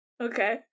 Okay